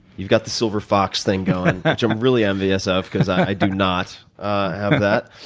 you've got the silver fox thing going, which i'm really envious of, because i do not have that.